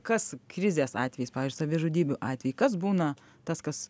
kas krizės atvejais pavyzdžiui savižudybių atvejai kas būna tas kas